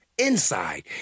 Inside